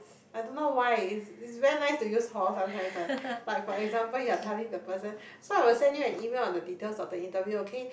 I don't know why it's it's very nice to use horn sometimes one like for example you are telling the person so I will send you an email on the details of the interview okay